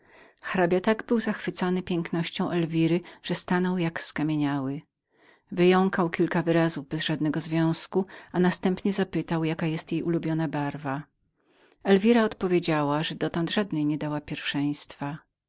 hrabia tak był zachwyconym pięknością elwiry że stanął jak skamieniały wyjąkał kilka wyrazów bez żadnego związku i następnie zapytał jaka była jej ulubiona barwa elwira odpowiedziała że dotąd żadnej nie dała pierwszeństwa